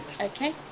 Okay